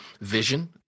vision